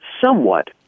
somewhat